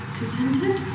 contented